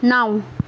नौ